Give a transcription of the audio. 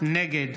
נגד